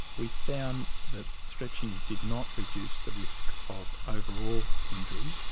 we found that stretching did not reduce the risk of overall injury,